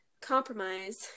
compromise